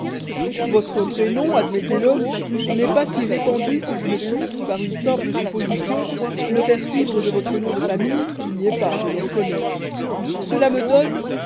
votre prénom admettez le n'est pas si répandu que je ne puisse par une simple supposition le faire suivre de votre nom de famille qui n'y est pas je le reconnais cela me donne